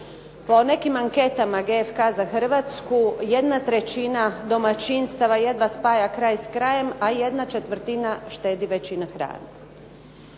Po nekim anketama GFK za Hrvatsku, 1/3 domaćinstava jedva spaja kraj s krajem, a ¼ štedi već i na hrani.